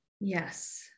Yes